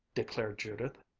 declared judith,